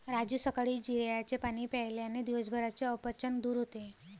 राजू सकाळी जिऱ्याचे पाणी प्यायल्याने दिवसभराचे अपचन दूर होते